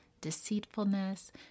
deceitfulness